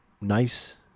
nice